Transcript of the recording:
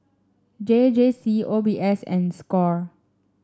J J C O B S and Score